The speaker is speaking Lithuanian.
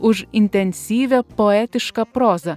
už intensyvią poetišką prozą